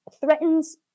threatens